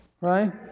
Right